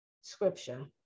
scripture